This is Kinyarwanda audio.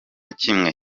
kimwe